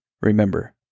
Remember